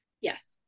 yes